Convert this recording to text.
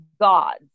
gods